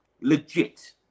Legit